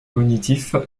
cognitif